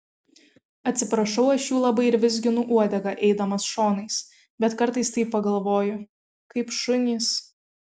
atsiprašau aš jų labai ir vizginu uodegą eidamas šonais bet kartais taip pagalvoju kaip šunys